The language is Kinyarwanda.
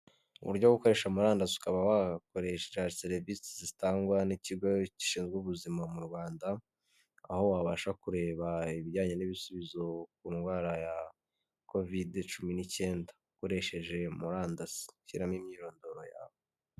Uburyo bwo gukoresha murandasi ukaba wakoresha serivise zitangwa n'ikigo gishinzwe ubuzima mu Rwanda, aho wabasha kureba ibijyanye n'ibisubizo ku ndwara ya kovidi cumi n'icyenda ukoresheje murandasi, shyiramo imyirondoro yawe.